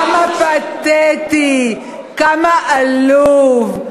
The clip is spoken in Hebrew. כמה פתטי, כמה עלוב,